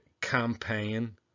campaign